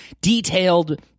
detailed